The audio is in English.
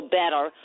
better